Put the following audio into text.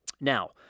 Now